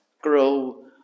grow